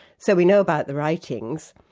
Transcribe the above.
so we know about the writings.